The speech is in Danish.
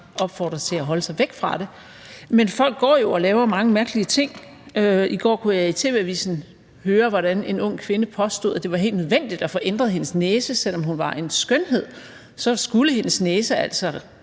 opfordre til at holde sig væk fra det. Men folk går jo og laver mange mærkelige ting. I går kunne jeg i TV-avisen høre, hvordan en ung kvinde påstod, at det var helt nødvendigt at få ændret sin næse. Selv om hun var en skønhed, skulle hendes næse altså